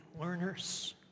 learners